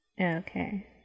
Okay